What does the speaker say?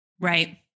Right